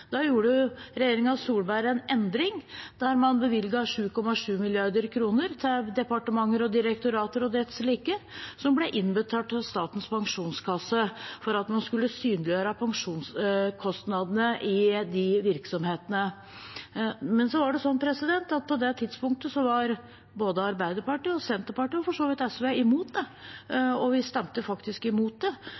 Da gjorde regjeringen Solberg en endring der man bevilget 7,7 mrd. kr til departementer, direktorater og desslike, som ble innbetalt til Statens pensjonskasse for at man skulle synliggjøre pensjonskostnadene i de virksomhetene. Men på det tidspunktet var både Arbeiderpartiet og Senterpartiet, og for så vidt SV, imot det, og vi stemte faktisk mot det.